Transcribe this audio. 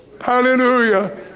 Hallelujah